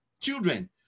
Children